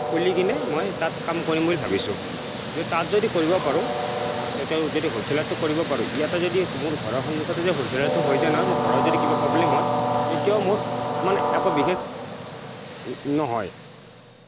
খুলি কিনে মই তাত কাম কৰিম বুলি ভাবিছোঁ যদি তাত যদি কৰিব পাৰোঁ যদি তেওঁ তেওঁ হ'লছেলাৰটো কৰিব পাৰোঁ ইয়াতে যদি মোৰ ঘৰৰ সন্মুখতে যদি হ'লছেলাৰটো হৈ যায় নহয় মোৰ ঘৰত যদি কিবা প্ৰব্লেম হয় তেতিয়াও মোৰ মানে একো বিশেষ নহয়